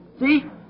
See